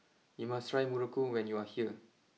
you must try Muruku when you are here